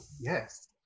yes